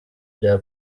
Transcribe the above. bya